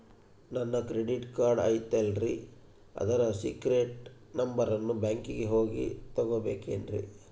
ನನ್ನ credit card ಐತಲ್ರೇ ಅದರ ಸೇಕ್ರೇಟ್ ನಂಬರನ್ನು ಬ್ಯಾಂಕಿಗೆ ಹೋಗಿ ತಗೋಬೇಕಿನ್ರಿ?